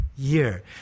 Year